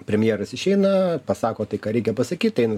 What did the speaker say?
premjeras išeina pasako tai ką reikia pasakyt eina